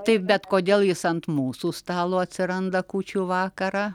taip bet kodėl jis ant mūsų stalo atsiranda kūčių vakarą